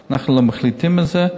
אנחנו לא מחליטים על זה,